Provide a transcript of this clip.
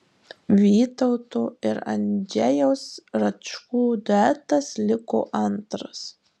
vytauto ir andžejaus račkų duetas liko antras